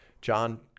John